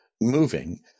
moving